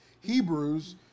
Hebrews